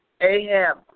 Ahab